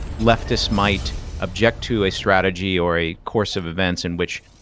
leftists might object to a strategy or a course of events in which,